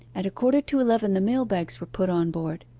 at a quarter to eleven the mail-bags were put on board.